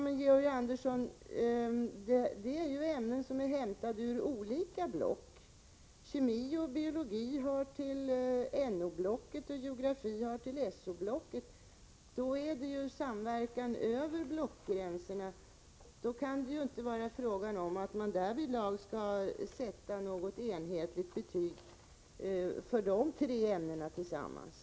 Men, Georg Andersson, det är ju ämnen som är hämtade ur olika block. Kemi och biologi hör till NO-blocket, och geografi hör till SO-blocket. Då är det ju samverkan över blockgränserna, och då kan det ju inte vara fråga om att man skulle sätta något enhetligt betyg för de tre ämnena tillsammans.